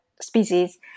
species